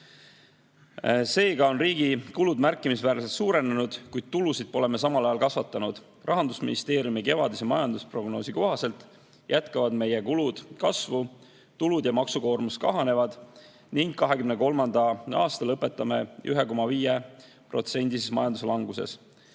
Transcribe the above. Seega on riigi kulud märkimisväärselt suurenenud, kuid tulusid pole me samal ajal kasvatanud. Rahandusministeeriumi kevadise majandusprognoosi kohaselt jätkavad meie kulud kasvu, tulud ja maksukoormus kahanevad ning 2023. aasta lõpetame me 1,5%-lises majanduslanguses.